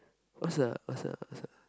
what's the what's the what's the